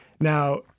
Now –